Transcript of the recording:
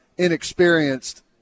Inexperienced